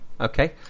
okay